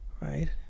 right